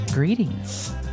Greetings